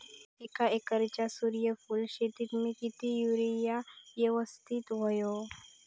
एक एकरच्या सूर्यफुल शेतीत मी किती युरिया यवस्तित व्हयो?